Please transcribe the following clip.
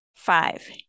five